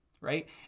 right